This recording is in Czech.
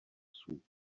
psů